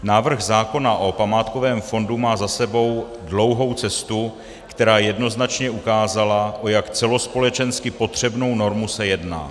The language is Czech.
Návrh zákona o památkovém fondu má za sebou dlouhou cestu, která jednoznačně ukázala, o jak celospolečensky potřebnou normu se jedná.